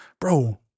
bro